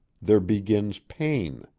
there begins pain.